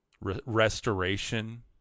restoration